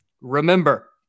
Remember